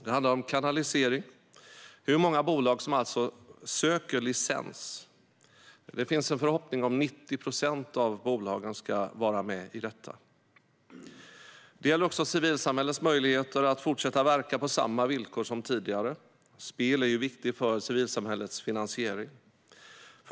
Det handlar om kanalisering, alltså om hur många bolag som söker licens. Det finns en förhoppning om att 90 procent av bolagen ska vara med i detta. Det gäller civilsamhällets möjligheter att fortsätta verka på samma villkor som tidigare. Spel är ju viktigt för civilsamhällets finansiering.